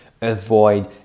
avoid